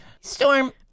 Storm